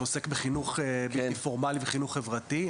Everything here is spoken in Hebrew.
שעוסק בחינוך בלתי פורמלי ובחינוך חברתי.